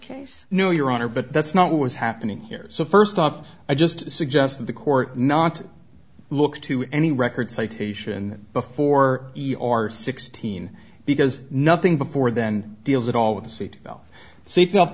case no your honor but that's not what was happening here so first off i just suggest that the court not look to any record citation before you are sixty i mean because nothing before then deals at all with the seat belt seat belt